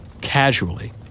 casually